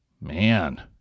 Man